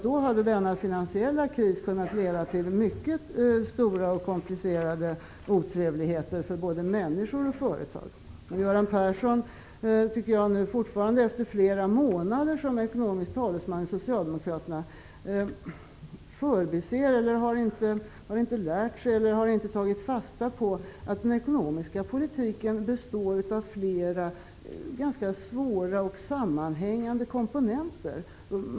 Då hade denna finansiella kris kunnat leda till mycket stora och komplicerade otrevligheter för både människor och företag. Göran Persson har ännu inte, efter flera månader som ekonomisk talesman för Socialdemokraterna, lärt sig eller tagit fasta på att den ekonomiska politiken består av flera ganska svåra och sammanhängande komponenter.